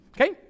Okay